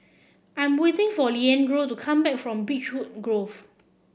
I'm waiting for Leandro to come back from Beechwood Grove